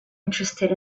interested